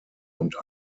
und